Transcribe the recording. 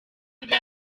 bigeze